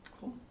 Cool